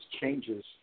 changes